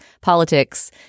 politics